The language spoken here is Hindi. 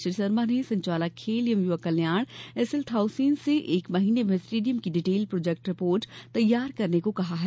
श्री शर्मा ने संचालक खेल एवं युवक कल्याण एसएल थाउसेन से एक महीने में स्टेडियम की डिटेल प्रोजेक्ट रिपोर्ट तैयार करने को कहा है